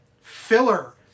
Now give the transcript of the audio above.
filler